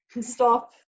stop